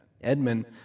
Edmund